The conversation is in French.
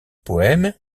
poèmes